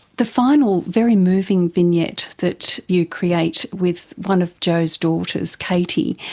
the final very moving vignette that you create with one of joe's daughters, katie,